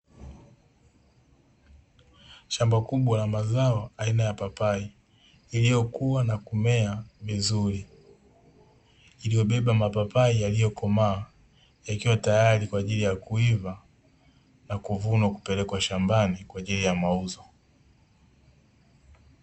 Shamba kubwa la mazao aina ya papai iliyokua na kumea vizuri, iliyobeba mapapai yaliyokomaa yakiwa tayari kwa ajili ya kuiva na kuvunwa kupelekwa shambani kwa ajili ya mauzo.